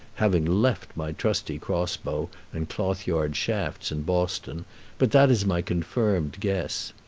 having left my trusty cross-bow and cloth-yard shafts in boston but that is my confirmed guess.